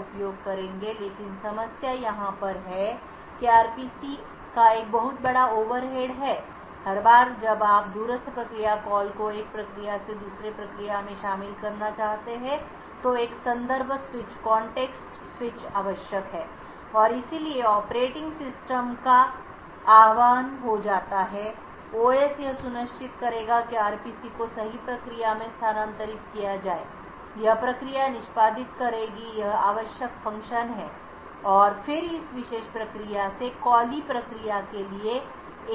उपयोग करेंगे लेकिन समस्या यहाँ पर है कि RPC का एक बहुत बड़ा ओवरहेड है हर बार जब आप दूरस्थ प्रक्रिया कॉल को एक प्रक्रिया से दूसरी प्रक्रिया में शामिल करना चाहते हैं तो एक संदर्भ स्विचआवश्यक है और इसलिए ऑपरेटिंग सिस्टम का आह्वान हो जाता है OS यह सुनिश्चित करेगा कि RPC को सही प्रक्रिया में स्थानांतरित किया जाए यह प्रक्रिया निष्पादित करेगी यह आवश्यक फ़ंक्शन है और फिर इस विशेष प्रक्रिया से कैली प्रक्रिया के लिए एक और संदर्भ स्विच है